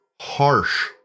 harsh